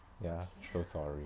ya so sorry